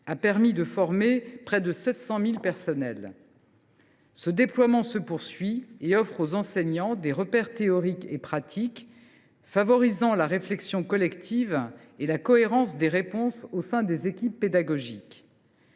a permis de former près de 700 000 personnels. Ce déploiement se poursuit et offre aux enseignants des repères théoriques et pratiques, favorisant la réflexion collective et la cohérence des réponses au sein des équipes pédagogiques.